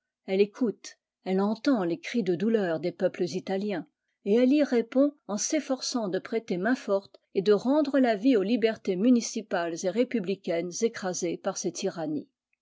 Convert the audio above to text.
elle écoute elle entend les cris de douleur des peuples italiens et elle y répond en s'efforçant de prêter mainforte et de rendre la vie aux libertés municipales et républicaines écrasées par ces tyrannies